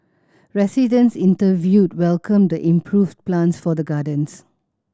residents interviewed welcomed the improved plans for the gardens